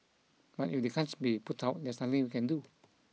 but if they can't be put out there's nothing we can do